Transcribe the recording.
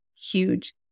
huge